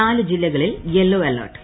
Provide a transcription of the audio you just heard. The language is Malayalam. നാല് ജില്ലകളിൽ യെല്ലോ അലർട്ട്